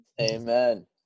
Amen